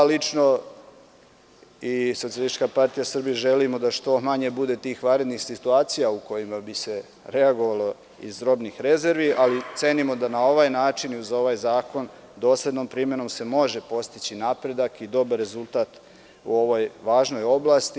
Socijalistička partija Srbije i ja lično želimo da što manje bude tih vanrednih situacija u kojima bi se reagovalo iz robnih rezervi, ali cenimo da na ovaj način i u ovaj zakon doslednom primenom se može postići napredak i dobar rezultat u ovoj važnoj oblasti.